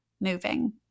moving